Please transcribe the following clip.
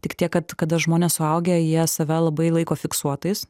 tik tiek kad kada žmonės suaugę jie save labai laiko fiksuotais